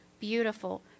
beautiful